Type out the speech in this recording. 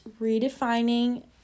Redefining